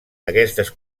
aquestes